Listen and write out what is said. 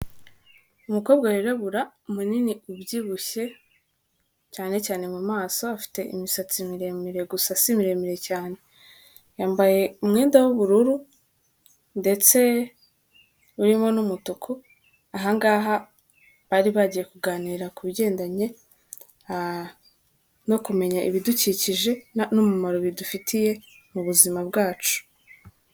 Umukobwa wirabura munini ubyibushye cyane cyane mu maso afite imisatsi miremire gusa si miremire cyane, yambaye umwenda w'ubururu ndetse urimo n'umutuku ,aha ngaha bari bagiye kuganira ku bigendanye no kumenya ibidukikije n'umumaro bidufitiye mu buzima bwacu.